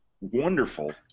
wonderful